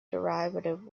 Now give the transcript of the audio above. derivative